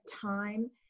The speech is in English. time